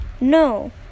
No